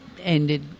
ended